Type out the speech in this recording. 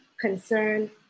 concern